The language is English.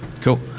cool